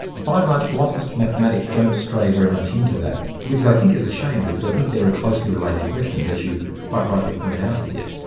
by and large philosophers of mathematics don't stray very much into that, which i think is a shame because i think there are closely related questions as you quite rightly point out here.